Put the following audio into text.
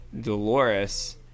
Dolores